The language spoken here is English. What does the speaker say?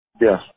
Yes